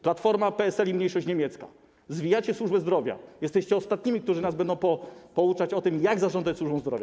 Platforma, PSL i Mniejszość Niemiecka - zwijacie służbę zdrowia, jesteście ostatnimi, którzy nas będą pouczać o tym, jak zarządzać służbą zdrowia.